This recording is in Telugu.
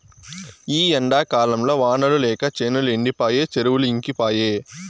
ఈ ఎండాకాలంల వానలు లేక చేనులు ఎండిపాయె చెరువులు ఇంకిపాయె